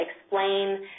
explain